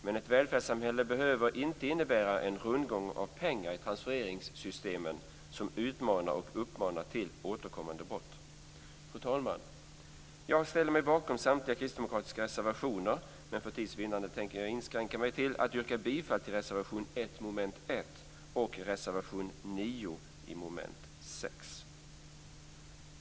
Men ett välfärdssamhälle behöver inte innebära en rundgång av pengar i transfereringssystemen som utmanar och uppmanar till återkommande brott. Fru talman! Jag ställer mig bakom samtliga kristdemokratiska reservationer, men för tids vinnande tänker jag inskränka mig till att yrka bifall till reservation 1 under moment 1 och reservation 9 under moment 6.